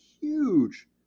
huge